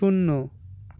শূন্য